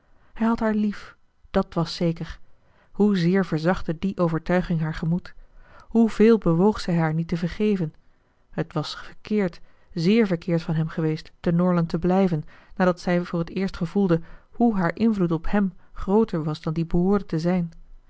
hij had haar lief dat was zeker hoezeer verzachtte die overtuiging haar gemoed hoeveel bewoog zij haar niet te vergeven het was verkeerd zeer verkeerd van hem geweest te norland te blijven nadat zij voor het eerst gevoelde hoe haar invloed op hem grooter was dan die behoorde te zijn